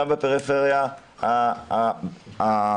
גם בפריפריה הכלכלית,